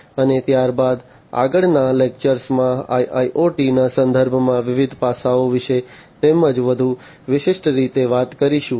અને ત્યાર બાદ આગળના લેક્ચરમાં IIoT ના સંદર્ભમાં વિવિધ પાસાઓ વિશે તેમજ વધુ વિશિષ્ટ રીતે વાત કરીશું